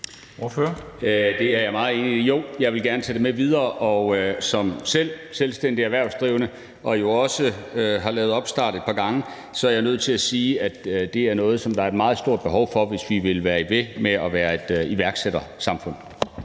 Det er jeg meget enig i. Jo, jeg vil gerne tage det med videre. Og som selvstændigt erhvervsdrivende, der også har lavet opstart et par gange, er jeg nødt til at sige, at det er noget, som der er et meget stort behov for, hvis vi vil blive ved med at være et iværksættersamfund.